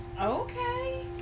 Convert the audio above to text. Okay